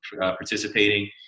Participating